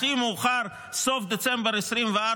הכי מאוחר סוף דצמבר 2024,